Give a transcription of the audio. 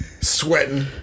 sweating